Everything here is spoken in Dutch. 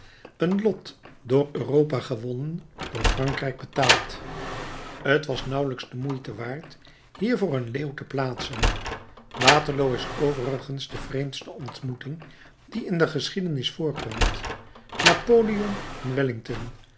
een lot door europa gewonnen door frankrijk betaald t was nauwelijks der moeite waard hiervoor een leeuw te plaatsen waterloo is overigens de vreemdste ontmoeting die in de geschiedenis voorkomt napoleon en